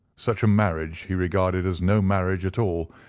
such a marriage he regarded as no marriage at all,